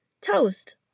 toast